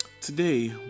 Today